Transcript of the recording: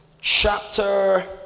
chapter